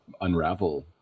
unravel